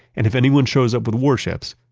and if anyone shows up with warships,